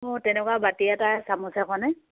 অঁ তেনেকুৱা বাতি এটা চামুচ এখনে